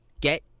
get